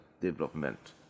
development